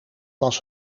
was